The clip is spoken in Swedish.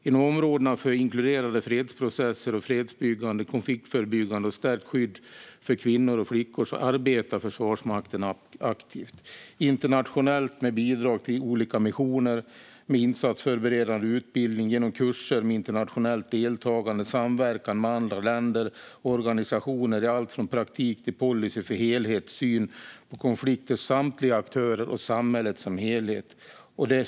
Inom områdena för inkluderande fredsprocesser, fredsbyggande, konfliktförebyggande och stärkt skydd för kvinnor och flickor arbetar Försvarsmakten aktivt internationellt med bidrag till olika missioner, med insatsförberedande utbildning, genom kurser med internationellt deltagande och genom samverkan med andra länder och organisationer i allt från praktik till policy för helhetssyn på konflikter, samtliga aktörer och samhället som helhet.